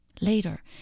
later